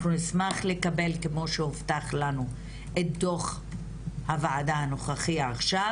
אנחנו נשמח לקבל כמו שהובטח לנו את דו"ח הוועדה הנוכחי עכשיו